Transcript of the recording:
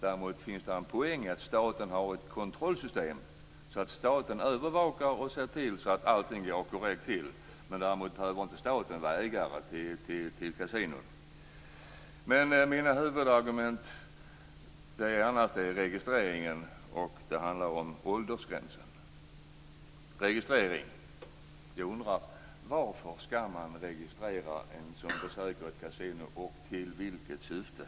Däremot finns det en poäng i att staten har ett kontrollsystem, så att staten övervakar och ser till att allting går korrekt till. Staten behöver däremot inte vara ägare till kasinon. Mina huvudargument gäller annars registreringen och åldersgränsen. Jag undrar varför man skall registrera någon som besöker ett kasino, och till vilket syfte.